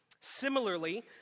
Similarly